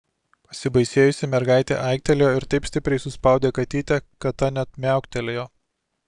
pasibaisėjusi mergaitė aiktelėjo ir taip stipriai suspaudė katytę kad ta net miauktelėjo